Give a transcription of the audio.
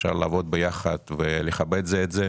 אפשר לעבוד ביחד ולכבד זה את זה.